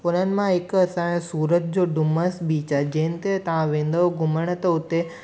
उन्हनि मां हिकु असांजो सूरत जो डुमसि बीच आहे जंहिं ते तव्हां वेंदव त उते